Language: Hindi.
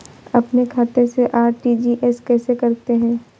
अपने खाते से आर.टी.जी.एस कैसे करते हैं?